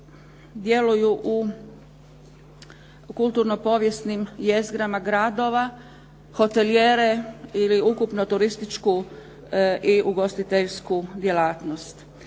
djeluju u kulturno povijesnim jezgrama gradova, hotelijere, ili ukupnu turističku i ugostiteljsku djelatnost.